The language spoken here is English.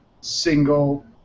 Single